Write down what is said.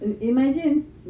Imagine